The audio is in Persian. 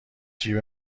جیب